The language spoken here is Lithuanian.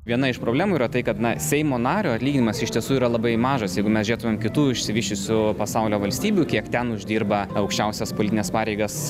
viena iš problemų yra tai kad seimo nario atlyginimas iš tiesų yra labai mažas jeigu mes žiūrėtumėm kitų išsivysčiusių pasaulio valstybių kiek ten uždirba aukščiausias politines pareigas